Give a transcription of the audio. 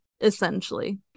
Essentially